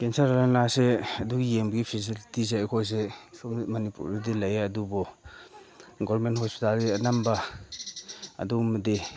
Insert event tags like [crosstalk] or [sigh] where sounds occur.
cancer ꯂꯩꯅꯥꯁꯦ ꯑꯗꯨ ꯌꯦꯡꯕꯒꯤ ꯐꯦꯁꯤꯂꯤꯇꯤꯁꯦ ꯑꯩꯈꯣꯏꯁꯦ [unintelligible] ꯃꯅꯤꯄꯨꯔꯗꯗꯤ ꯂꯩꯌꯦ ꯑꯗꯨꯕꯨ ꯒꯣꯔꯃꯦꯟ ꯍꯣꯁꯄꯤꯇꯥꯜꯗꯗꯤ ꯑꯅꯝꯕ ꯑꯗꯨꯒꯨꯝꯕꯗꯤ